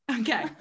Okay